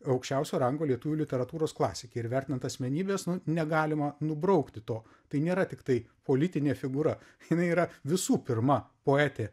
aukščiausio rango lietuvių literatūros klasikė ir vertinant asmenybės negalima nubraukti to tai nėra tiktai politinė figūra jinai yra visų pirma poetė